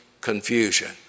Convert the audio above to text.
confusion